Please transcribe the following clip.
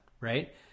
right